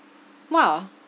!wow!